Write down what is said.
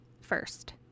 first